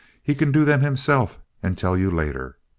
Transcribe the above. he can do them himself and tell you later.